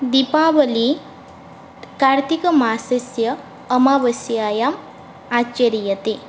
दीपावलिः कार्तिकमासस्य अमावास्यायाम् आचर्यते